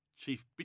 Chief